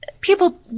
People